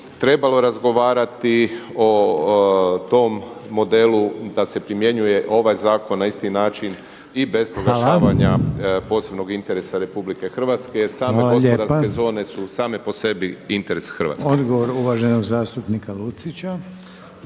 trebalo razgovarati o tom modelu da se primjenjuje ovaj zakon na isti način i bez proglašavanja posebno interesa RH jer same gospodarske zone su same po sebi interes Hrvatske. Odgovor uvaženog zastupnika Lucića.